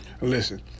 Listen